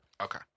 Okay